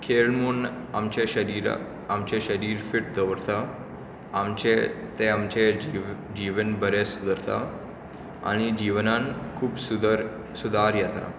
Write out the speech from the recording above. खेळ म्हूण आमचे शरीराक आमचे शरीर फिट दवरतां आमचें तें आमचें जिवन बरें सुदरता आनी जीवनान खुब सुदार सुदार येता